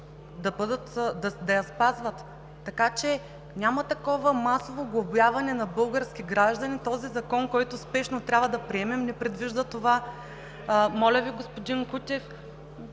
да я спазват. Така че няма такова масово глобяване на български граждани. Този закон, който спешно трябва да приемем, не предвижда това. Моля Ви, господин Кутев,